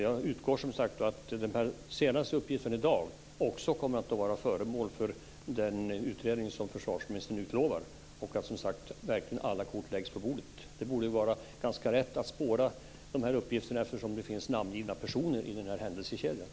Jag utgår som sagt var från att den senaste uppgiften i dag också kommer att vara föremål för den utredning som försvarsministern utlovar, och att alla kort verkligen läggs på bordet. Det borde vara ganska lätt att spåra de här uppgifterna eftersom det finns namngivna personer i händelsekedjan.